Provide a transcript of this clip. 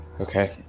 Okay